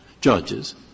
judges